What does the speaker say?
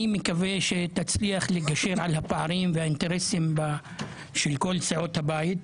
אני מקווה שתצליח לגשר על הפערים והאינטרסים של כל סיעות הבית.